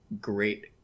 great